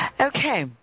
Okay